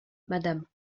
madame